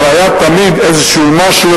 אבל תמיד היה איזשהו משהו,